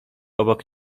obok